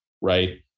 Right